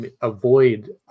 avoid